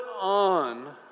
on